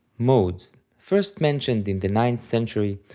modes, first mentioned in the ninth century,